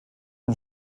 und